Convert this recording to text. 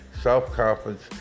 self-confidence